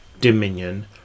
dominion